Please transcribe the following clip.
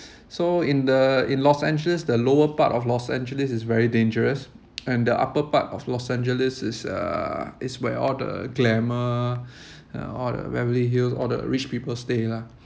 so in the in los angeles the lower part of los angeles is very dangerous and the upper part of los angeles is uh is where all the glamour and all the beverly hills all the rich people stay lah